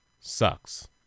sucks